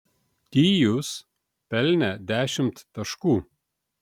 tyus pelnė dešimt taškų